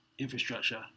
infrastructure